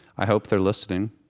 i hope they're listening